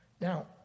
Now